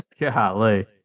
Golly